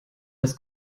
das